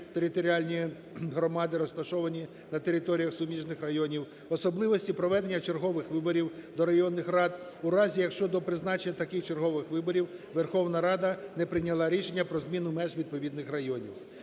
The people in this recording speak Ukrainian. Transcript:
територіальні громади, розташовані на територіях суміжних районів, особливості проведення чергових виборів до районних рад в разі, якщо до призначення таких чергових виборів Верховна Рада не прийняла рішення про зміну меж відповідних районів.